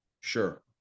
Sure